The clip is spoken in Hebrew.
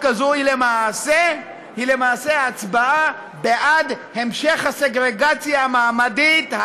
הזאת הם למעשה הצבעה בעד המשך הסגרגציה המעמדית,